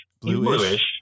bluish